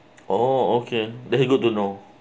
oh okay that's good to know